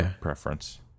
preference